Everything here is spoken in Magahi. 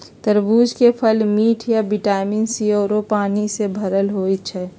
तरबूज के फल मिठ आ विटामिन सी आउरो पानी से भरल होई छई